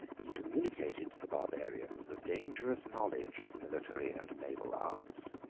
he communicated to the barbarians the dangerous knowledge of military and naval arts.